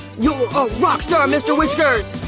you're a rockstar mr. whiskers!